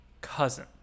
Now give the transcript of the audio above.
cousin